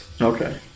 Okay